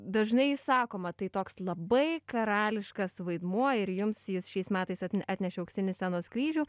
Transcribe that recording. dažnai sakoma tai toks labai karališkas vaidmuo ir jums jis šiais metais atnešė auksinį scenos kryžių